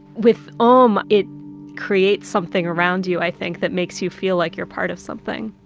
with om, it creates something around you, i think, that makes you feel like you're part of something